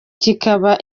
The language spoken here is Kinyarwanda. kikaba